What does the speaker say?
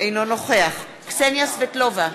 אינו נוכח קסניה סבטלובה,